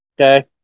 Okay